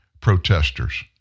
protesters